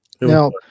Now